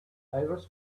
divers